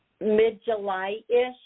mid-July-ish